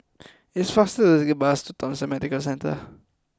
it is faster to take the bus to Thomson Medical Centre